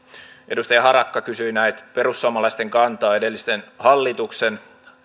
edustaja harakka kysyi näet perussuomalaisten kantaa edellisen hallituksen